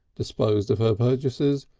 disposed of her purchases,